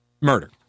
murder